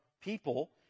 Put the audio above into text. people